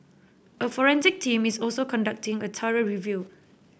a forensic team is also conducting a thorough review